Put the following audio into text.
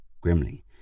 Grimly